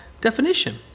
definition